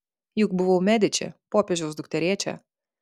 juk buvau mediči popiežiaus dukterėčia